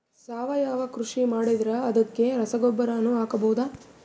ಸಾವಯವ ಕೃಷಿ ಮಾಡದ್ರ ಅದಕ್ಕೆ ರಸಗೊಬ್ಬರನು ಹಾಕಬಹುದಾ?